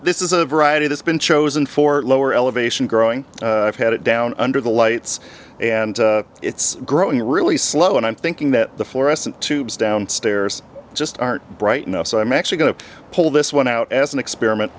this is a variety that's been chosen for lower elevation growing have had it down under the lights and it's growing really slow and i'm thinking that the fluorescent tubes downstairs just aren't bright enough so i'm actually going to pull this one out as an experiment